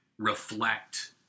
reflect